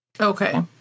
Okay